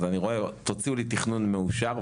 אז תוציאו לי תכנון מאושר,